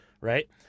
right